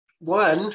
one